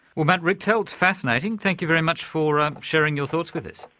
well matt richtel, it's fascinating, thank you very much for um sharing your thoughts with us.